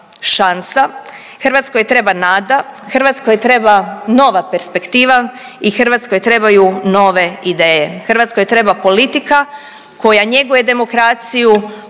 Hrvatskoj treba nada, Hrvatskoj treba nova perspektiva i Hrvatskoj trebaju nove ideje, Hrvatskoj treba politika koja njeguje demokraciju, koja